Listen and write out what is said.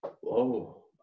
Whoa